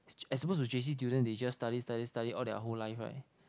as oppose to j_c student they just study study study all their whole life [right]